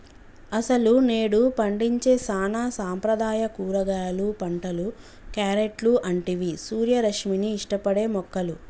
అసలు నేడు పండించే సానా సాంప్రదాయ కూరగాయలు పంటలు, క్యారెట్లు అంటివి సూర్యరశ్మిని ఇష్టపడే మొక్కలు